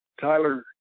Tyler